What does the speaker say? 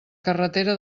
carretera